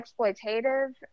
exploitative